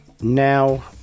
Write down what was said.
Now